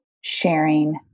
sharing